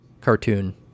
Cartoon